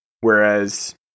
Whereas